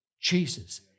Jesus